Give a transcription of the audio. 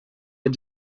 had